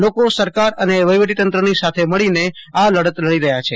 લોકો સરકાર અને વફીવટી તંત્રની સાથે મળીને આ લડત લડી રહ્યા છે